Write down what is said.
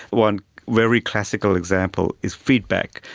one very classical example is feedback.